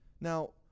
Now